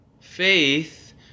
faith